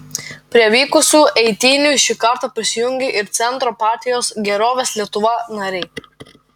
prie vykusių eitynių šį kartą prisijungė ir centro partijos gerovės lietuva nariai